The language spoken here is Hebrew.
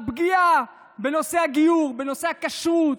הפגיעה בנושאי הגיור, בנושאי הכשרות,